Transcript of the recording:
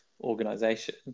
organization